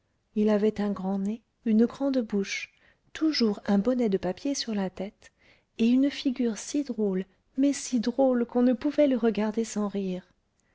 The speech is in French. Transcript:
il avait un grand nez une grande bouche toujours un bonnet de papier sur la tête et une figure si drôle mais si drôle qu'on ne pouvait le regarder sans rire